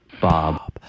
Bob